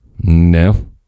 no